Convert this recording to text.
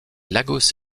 lagos